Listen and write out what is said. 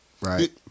right